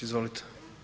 Izvolite.